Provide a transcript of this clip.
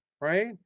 right